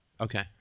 Okay